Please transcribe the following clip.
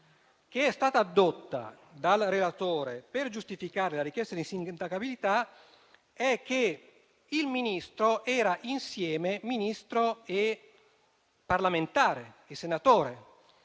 che è stata addotta dal relatore per giustificare la richiesta di insindacabilità è che il Ministro era insieme Ministro e senatore,